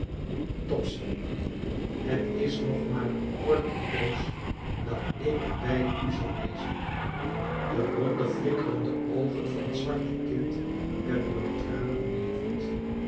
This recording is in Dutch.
topsy het is nog maar een korte poos dat ik bij u zal wezen de ronde flikkerende oogen van het zwarte kind werden door tranen beneveld